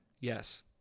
Yes